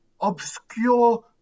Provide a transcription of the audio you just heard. obscure